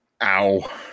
Ow